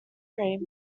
cream